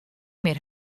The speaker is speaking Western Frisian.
mear